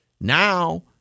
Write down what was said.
Now